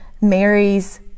Mary's